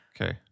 Okay